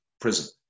prison